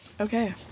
Okay